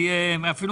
יותר.